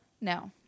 No